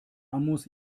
muss